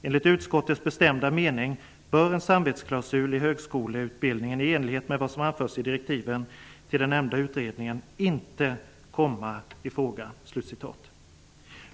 - Enligt utskottets bestämda mening bör en samvetsklausul i högskoleutbildningen i enlighet med vad som anförs i direktiven till den nämnda utredningen inte komma i fråga.''